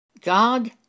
God